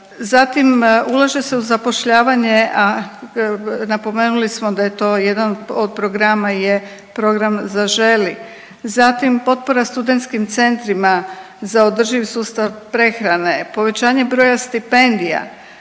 zatim ulaže se u zapošljavanje, a napomenuli smo da je to jedan od programa je program „Zaželi“, zatim potpora studentskim centrima za održiv sustav prehrane, povećanje broja stipendija,